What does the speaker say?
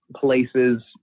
places